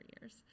years